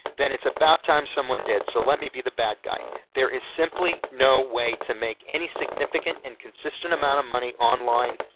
then it's about time someone did, so let me be the bad guy there is simply no way to make any significant and consistent amount of money online,